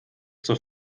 zur